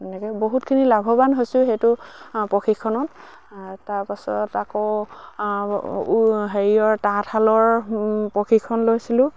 এনেকে বহুতখিনি লাভৱান হৈছোঁ সেইটো প্ৰশিক্ষণত তাৰপাছত আকৌ হেৰিয়ৰ তাঁত শালৰ প্ৰশিক্ষণ লৈছিলোঁ